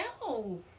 No